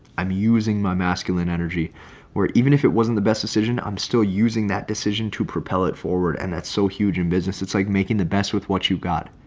i'm using my masculine energy where even if it wasn't the best decision i'm still using that decision to propel it forward. and that's so huge in business. it's like making the best with what you got.